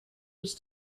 was